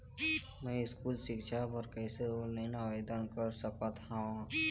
मैं स्कूल सिक्छा बर कैसे ऑनलाइन आवेदन कर सकत हावे?